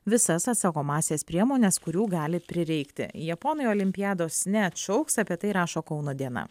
visas atsakomąsias priemones kurių gali prireikti japonai olimpiados neatšauks apie tai rašo kauno diena